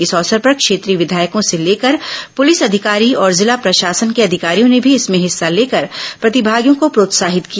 इस अवसर पर क्षेत्रीय विधायकों से लेकर पुलिस अधिकारी और जिला प्रशासन के अधिकारियो ैने भी इसमें हिस्सा लेकर प्रतिभागियों को प्रोत्साहित किया